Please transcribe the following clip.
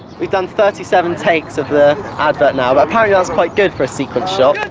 we've done thirty seven takes of the advert now, but apparently that's quite good for a sequence shot.